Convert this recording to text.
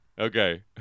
Okay